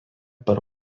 per